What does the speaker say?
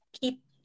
Keep